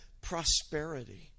prosperity